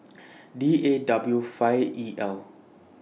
D A W five E L